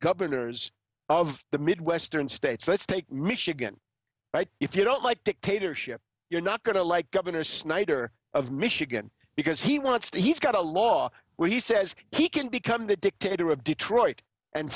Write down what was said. governors of the midwestern states let's take michigan right if you don't like dictatorship you're not going to like governor snyder of michigan because he wants to he's got a law where he says he can become the dictator of detroit and